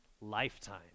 lifetime